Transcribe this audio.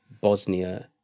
Bosnia